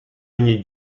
ogni